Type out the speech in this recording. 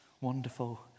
wonderful